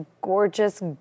gorgeous